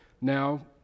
Now